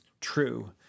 true